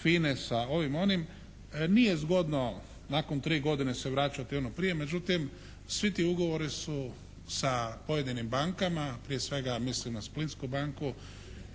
FINA-e sa ovim, onim nije zgodno nakon tri godine se vraćati onom prije međutim svi ti ugovori su sa pojedinim bankama, prije svega mislim na Splitsku banku,